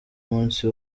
umunsi